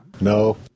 No